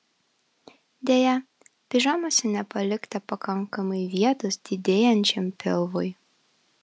deja pižamose nepalikta pakankamai vietos didėjančiam pilvui